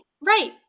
right